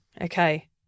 Okay